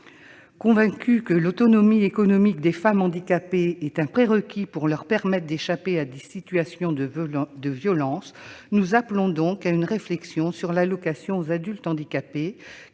Convaincus que l'autonomie économique des femmes handicapées est un prérequis pour leur permettre d'échapper à des situations de violence, nous appelons donc à une réflexion sur l'allocation aux adultes handicapés